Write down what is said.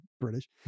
British